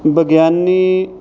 ਵਿਗਿਆਨੀ